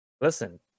listen